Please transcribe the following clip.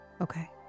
Okay